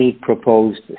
proposed